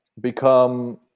become